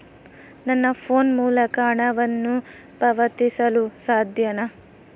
ನನ್ನ ಫೋನ್ ಮೂಲಕ ಹಣವನ್ನು ಪಾವತಿಸಲು ಸಾಧ್ಯನಾ?